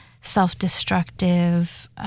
self-destructive